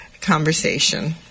conversation